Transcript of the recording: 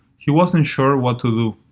he wasn't sure what to do.